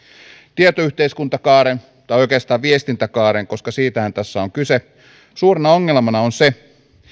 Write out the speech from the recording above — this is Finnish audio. tietoyhteiskuntakaaren tai oikeastaan viestintäkaaren siitähän tässä on kyse suurena ongelmana on se